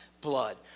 blood